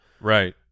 Right